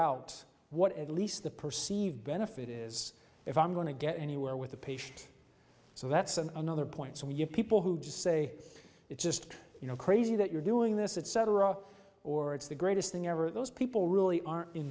out what at least the perceived benefit is if i'm going to get anywhere with the patient so that's another point so we give people who just say it's just you know crazy that you're doing this it's cetera or it's the greatest thing ever those people really are